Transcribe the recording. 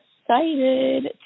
excited